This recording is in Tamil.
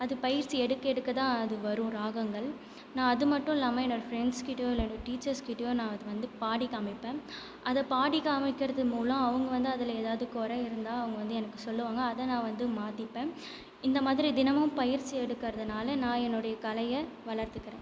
அது பயிற்சி எடுக்க எடுக்க தான் அது வரும் ராகங்கள் நான் அது மட்டும் இல்லாமல் என்னோடய ஃபிரண்ட்ஸ் கிட்டேயோ இல்லை டீச்சர்ஸ் கிட்டேயோ நான் வந்து பாடி காமிப்பேன் அதை பாடி காமிக்கிறது மூலம் அவங்க வந்து அதில் ஏதாவது குற இருந்தால் அவங்க வந்து சொல்லுவாங்க அதை வந்து நான் மாத்திப்பேன் இந்த மாதிரி தினமும் பயிற்சி எடுக்கிறதுனால நான் என்னுடைய கலைய வளர்த்துக்கிறன்